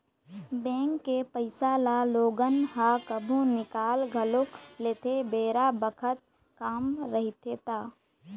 bank के पइसा ल लोगन ह कभु निकाल घलोक लेथे बेरा बखत काम रहिथे ता